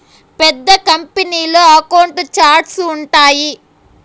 పెద్ద కంపెనీల్లో అకౌంట్ల ఛార్ట్స్ ఉంటాయి